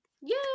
Yay